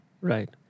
Right